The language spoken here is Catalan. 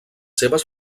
seves